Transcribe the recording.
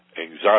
anxiety